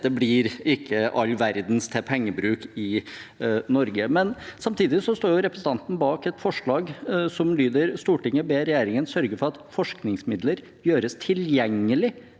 det blir ikke all verdens til pengebruk i Norge. Men samtidig står representanten bak et forslag som lyder: «Stortinget ber regjeringen sørge for at forskningsmidler gjøres tilgjengelig